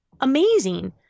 amazing